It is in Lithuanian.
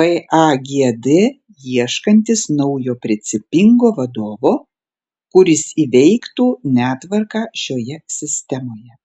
pagd ieškantis naujo principingo vadovo kuris įveiktų netvarką šioje sistemoje